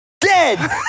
Dead